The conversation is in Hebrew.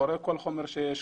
אני קורא כל חומר שיש.